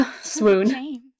swoon